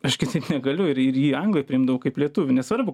aš kitaip negaliu ir jį ir jį anglai priimdavo kaip lietuvį nesvarbu